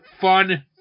fun